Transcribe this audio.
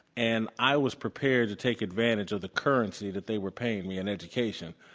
and i was prepared to take advantage of the currency that they were paying me in education.